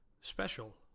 special